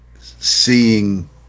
seeing